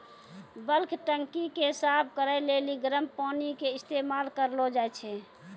bulk टंकी के साफ करै लेली गरम पानी के इस्तेमाल करलो जाय छै